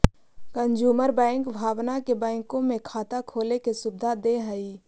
consumer bank भावना के बैंकों में खाता खोले के सुविधा दे हइ